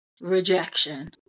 rejection